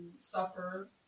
suffer